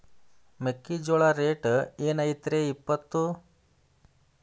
ಮೆಕ್ಕಿಜೋಳ ರೇಟ್ ಏನ್ ಐತ್ರೇ ಇಪ್ಪತ್ತು?